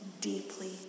deeply